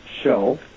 show